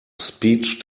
speech